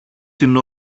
την